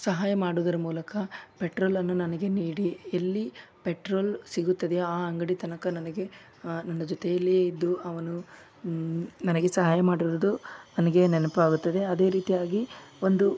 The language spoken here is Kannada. ಸಹಾಯ ಮಾಡುವುದರ ಮೂಲಕ ಪೆಟ್ರೋಲನ್ನು ನನಗೆ ನೀಡಿ ಎಲ್ಲಿ ಪೆಟ್ರೋಲ್ ಸಿಗುತ್ತದೆಯೋ ಆ ಅಂಗಡಿ ತನಕ ನನಗೆ ನನ್ನ ಜೊತೆಯಲ್ಲಿಯೇ ಇದ್ದು ಅವನು ನನಗೆ ಸಹಾಯ ಮಾಡಿರುವುದು ನನಗೆ ನೆನಪಾಗುತ್ತದೆ ಅದೇ ರೀತಿಯಾಗಿ ಒಂದು